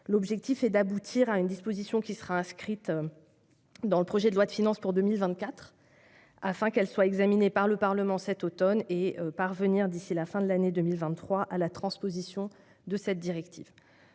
L'objectif est d'aboutir à une disposition qui sera inscrite dans le projet de loi de finances pour 2024, afin qu'elle soit examinée par le Parlement cet automne, ce qui permettra d'achever, d'ici à la fin de l'année 2023, la transposition de cette directive.